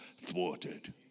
thwarted